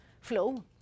flow